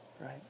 right